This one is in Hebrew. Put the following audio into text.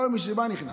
כל מי שבא, נכנס.